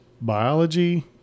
biology